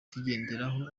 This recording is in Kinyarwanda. tugenderaho